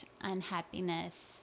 unhappiness